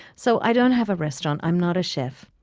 so i don't have a restaurant i'm not a chef.